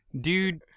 dude